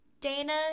Dana